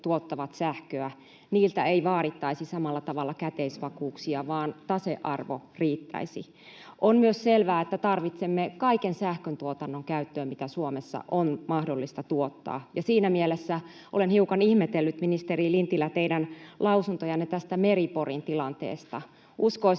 tuottavat sähköä, ei vaadittaisi samalla tavalla käteisvakuuksia vaan tasearvo riittäisi. On myös selvää, että tarvitsemme kaiken sähköntuotannon käyttöön, mitä Suomessa on mahdollista tuottaa, ja siinä mielessä olen hiukan ihmetellyt, ministeri Lintilä, teidän lausuntojanne Meri-Porin tilanteesta. Uskoisin,